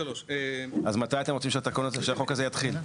מתי אתם רוצים שהחוק הזה יתחיל?